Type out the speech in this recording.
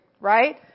right